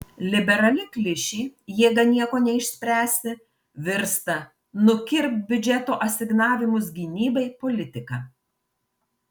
liberali klišė jėga nieko neišspręsi virsta nukirpk biudžeto asignavimus gynybai politika